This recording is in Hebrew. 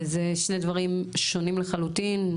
וזה שני דברים שונים לחלוטין.